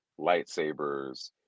lightsabers